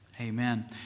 Amen